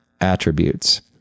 attributes